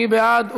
מי בעד?